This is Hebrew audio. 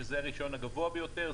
שזה הרישיון הגבוה ביותר,